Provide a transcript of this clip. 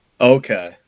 Okay